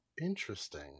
interesting